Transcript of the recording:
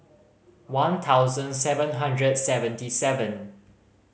one thousand seven hundred seventy seven